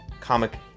comic